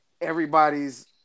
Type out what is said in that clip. Everybody's